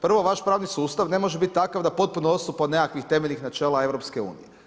Prvo, vaš pravni sustav ne može biti takav da potpuno odstupa od nekakvih temeljnih načela EU-a.